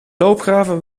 loopgraven